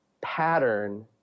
pattern